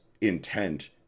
intent